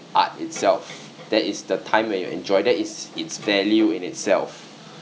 art itself that is the time when you enjoy that is its value in itself